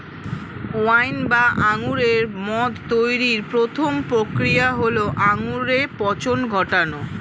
wine বা আঙুরের মদ তৈরির প্রথম প্রক্রিয়া হল আঙুরে পচন ঘটানো